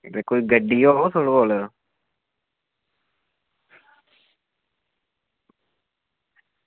ते कोई गड्डी होग थुआड़े कोल